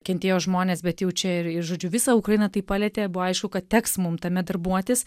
kentėjo žmonės bet jau čia ir žodžiu visa ukraina tai palietė buvo aišku kad teks mum tame darbuotis